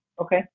Okay